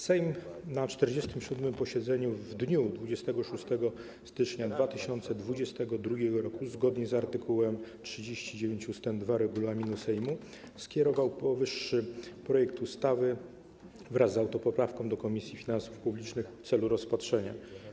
Sejm na 47. posiedzeniu w dniu 26 stycznia 2022 r., zgodnie z art. 39 ust. 2 regulaminu Sejmu, skierował powyższy projekt ustawy wraz z autopoprawką do Komisji Finansów Publicznych w celu rozpatrzenia.